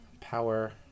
Power